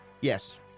Yes